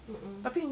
mm mm